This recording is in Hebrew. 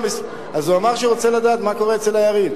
אז הוא אמר שהוא רוצה לדעת מה קורה אצל היריב.